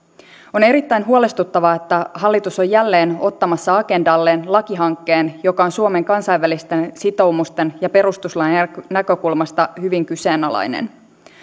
on erittäin huolestuttavaa että hallitus on jälleen ottamassa agendalleen lakihankkeen joka on suomen kansainvälisten sitoumusten ja perustuslain näkökulmasta hyvin kyseenalainen